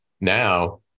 now